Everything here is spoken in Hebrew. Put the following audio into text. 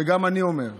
ואני אומר,